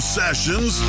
sessions